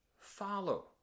follow